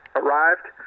arrived